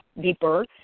deeper